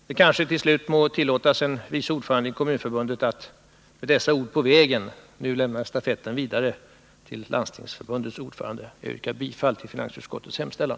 Det kanske till slut må tillåtas en vice ordförande i Kommunförbundet att med dessa ord på vägen nu lämna stafetten vidare till Landstingsförbundets ordförande. Jag yrkar bifall till finansutskottets hemställan.